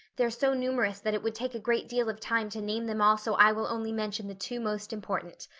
they're so numerous that it would take a great deal of time to name them all so i will only mention the two most important.